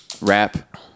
Rap